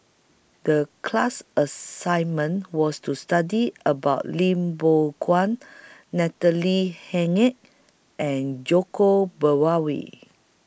The class assignment was to study about Lim Biow Chuan Natalie Hennedige and Djoko